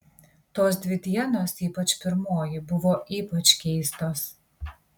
tos dvi dienos ypač pirmoji buvo ypač keistos